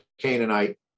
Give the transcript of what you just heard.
Canaanite